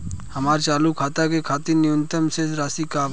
हमार चालू खाता के खातिर न्यूनतम शेष राशि का बा?